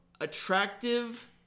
attractive